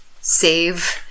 save